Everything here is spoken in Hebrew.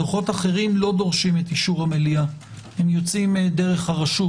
דוחות אחרים לא דורשים את אישור המליאה - הם יוצאים דרך הרשות.